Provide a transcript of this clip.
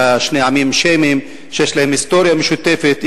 כשני עמים שמיים שיש להם היסטוריה משותפת,